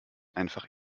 einfach